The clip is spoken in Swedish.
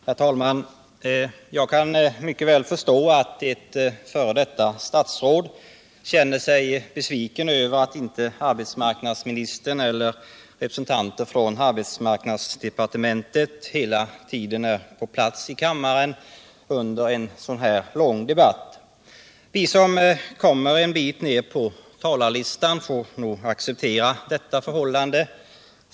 Herr talman! Jag kan mycket väl förstå att ett f.d. statsråd känner sig besviken över att inte arbetsmarknadsministern eller representanter från arbetsmarknadsdepartementet hela tiden är på plats i kammaren under en sådan här lång debatt. Vi som kommer en bit ned på talarlistan får nog acceptera detta förhållande.